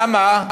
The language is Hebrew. למה?